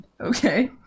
Okay